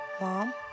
Mom